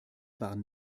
waren